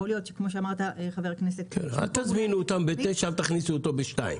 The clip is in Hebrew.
אל תזמינו אותם ב-9 ותכניסו אותו ב-14:00.